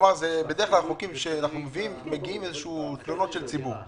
בדרך כלל החוקים שאנחנו מביאים מגיעים מתלונות של ציבור.